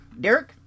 Derek